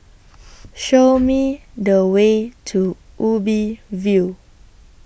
Show Me The Way to Ubi View